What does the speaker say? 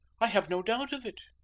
i have no doubt of it.